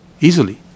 easily